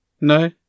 No